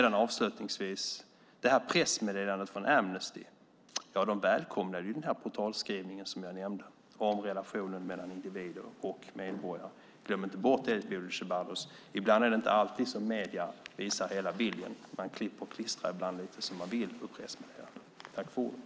Avslutningsvis: När det gäller pressmeddelandet från Amnesty välkomnar de ju den portalskrivning som jag nämnde om relationen mellan individer och medborgare. Glöm inte bort, Bodil Ceballos, att det inte är alltid som medierna visar hela bilden. Man klipper och klistrar ibland lite som man vill ur pressmeddelanden.